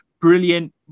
brilliant